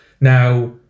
Now